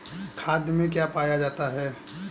खाद में क्या पाया जाता है?